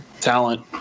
talent